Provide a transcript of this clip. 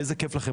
איזה כיף לכם.